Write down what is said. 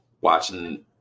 watching